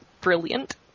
brilliant